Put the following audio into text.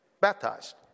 baptized